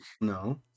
No